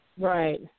Right